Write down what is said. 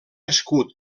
escut